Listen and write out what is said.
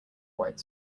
white